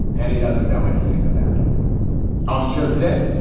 and he doesn't know anything about it on the show today.